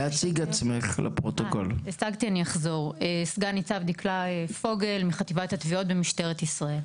אני מחטיבת התביעות במשטרת ישראל.